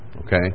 Okay